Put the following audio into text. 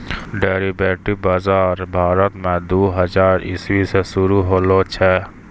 derivative बजार भारत देश मे दू हजार इसवी मे शुरू होलो छै